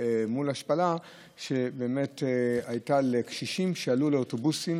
והשפלה שהייתה לקשישים שעלו לאוטובוסים